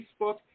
Facebook